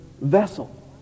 vessel